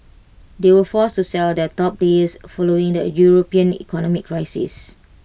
they were forced to sell their top players following the european economic crisis